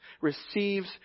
receives